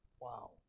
Wow